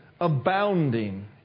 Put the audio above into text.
Abounding